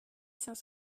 saint